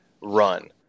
run